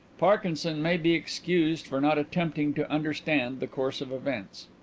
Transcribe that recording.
parkinson may be excused for not attempting to understand the course of events.